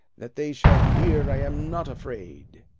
that they shall hear i am not afraid.